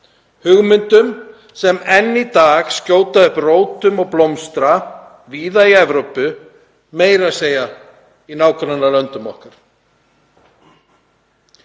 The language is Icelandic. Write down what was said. hugmyndum sem enn í dag skjóta rótum og blómstra víða í Evrópu, meira að segja í nágrannalöndum okkar.